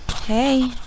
Hey